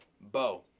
Bo